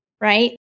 right